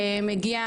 ומגיע